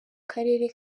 karere